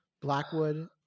Blackwood